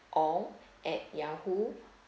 ong at yahoo